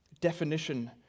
definition